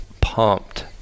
pumped